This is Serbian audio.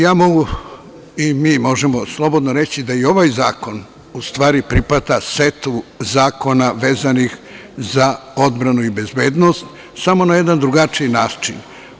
Ja mogu i mi možemo slobodno reći da je i ovaj zakon u stvari pripada setu zakona vezanih za odbranu i bezbednost, samo na jedan drugačiji način.